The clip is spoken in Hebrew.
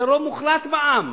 יהיה רוב מוחלט בעם.